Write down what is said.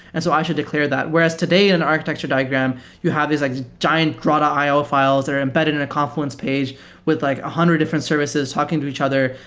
and so i should declare that. whereas today in an architecture diagram, you have this like giant but i o files that are embedded in a confluence page with like one hundred different services talking to each other.